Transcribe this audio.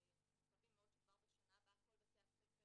שאנחנו מקווים מאוד שכבר בשנה הבאה כל בתי הספר